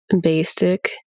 basic